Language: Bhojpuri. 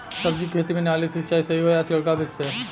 सब्जी के खेती में नाली से सिचाई सही होई या छिड़काव बिधि से?